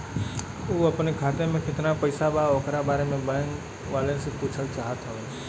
उ अपने खाते में कितना पैसा बा ओकरा बारे में बैंक वालें से पुछल चाहत हवे?